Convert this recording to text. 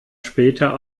später